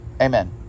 Amen